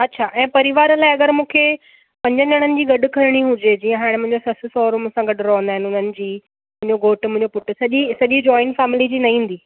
अच्छा ऐं परिवार लाइ अगरि मूंखे पंजनि ॼणनि जी गॾु खणणी हुजे जीअं हाणे मुंहिंजो ससु सहुरो मूंसा गॾु रहंदा आहिनि हुननि जी मुंहिंजो घोट मुंहिंजो पुट सॼी जॉइंट फैमिलीअ जी न ईंदी